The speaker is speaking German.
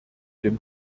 dem